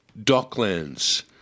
Docklands